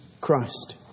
Christ